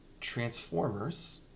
Transformers